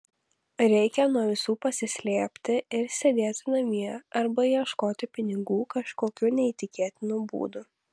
reikia nuo visų pasislėpti ir sėdėti namie arba ieškoti pinigų kažkokiu neįtikėtinu būdu